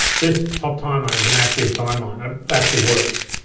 this top timeline is an active timeline. it actually works.